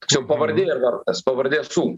čia pavardė ir vardas pavardė su